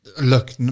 look